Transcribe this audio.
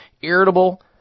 Irritable